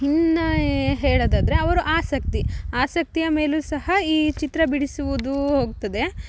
ಇನ್ನ ಹೇಳೋದಾದ್ರೆ ಅವರು ಆಸಕ್ತಿ ಆಸಕ್ತಿಯ ಮೇಲು ಸಹ ಈ ಚಿತ್ರ ಬಿಡಿಸುವುದು ಹೋಗ್ತದೆ